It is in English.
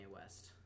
West